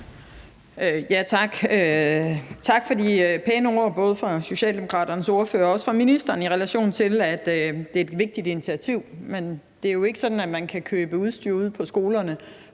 Tak for de pæne ord både fra Socialdemokraternes ordfører og fra ministeren, i relation til at det er et vigtigt initiativ, men det er jo ikke sådan, at man kan købe udstyr ude på skolerne